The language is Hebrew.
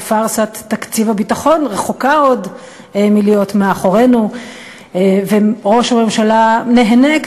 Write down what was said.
ופארסת הניסיון הנואל של ראש הממשלה לבטל כלאחר